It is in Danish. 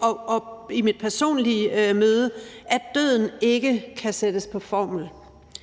og i mit personlige møde, at døden ikke kan sættes på formel.